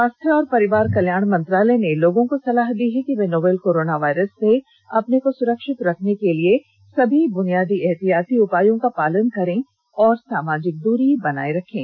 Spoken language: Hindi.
स्वास्थ्य और परिवार कल्याण मंत्रालय ने लोगों को सलाह दी है कि वे नोवल कोरोना वायरस से अपने को सुरक्षित रखने के लिए सभी बुनियादी एहतियाती उपायों का पालन करें और सामाजिक दूरी बनाए रखें